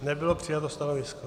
Nebylo přijato stanovisko.